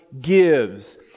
gives